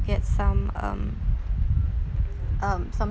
get some um um some